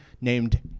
named